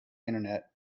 internet